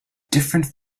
different